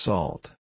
Salt